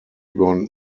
want